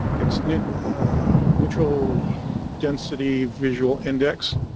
its knit neutral density visual index